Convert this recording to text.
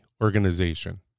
organization